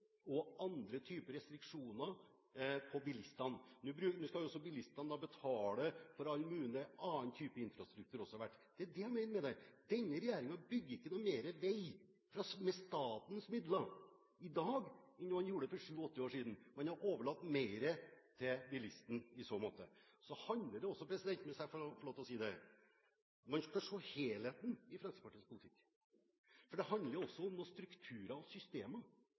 og andre typer restriksjoner på bilistene. Nå skal bilistene også betale for all mulig annen type infrastruktur etter hvert. Det er det jeg mener med det. Denne regjeringen bygger ikke noe mer vei med statens midler i dag enn man gjorde for sju–åtte år siden. Man har overlatt mer til bilisten i så måte. Så handler det også, hvis jeg får lov til å si det, om at man skal se helheten i Fremskrittspartiets politikk. For det handler også om noen strukturer og systemer.